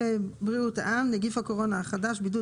טיוטת צו בריאות העם (נגיף הקורונה החדש) (בידוד